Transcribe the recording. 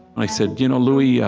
i said, you know, louie, yeah